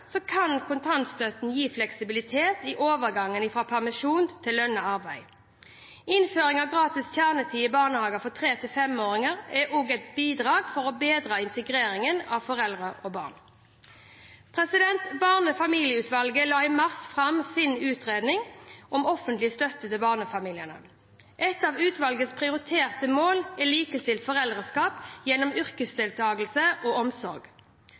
kan kontantstøtten gi fleksibilitet i overgangen fra permisjon til lønnet arbeid. Innføring av gratis kjernetid i barnehager for 3–5-åringer er også et bidrag for å bedre integreringen av foreldre og barn. Barnefamilieutvalget la i mars fram sin utredning om offentlig støtte til barnefamiliene. Ett av utvalgets prioriterte mål er likestilt foreldreskap gjennom yrkesdeltakelse og omsorg.